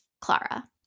Clara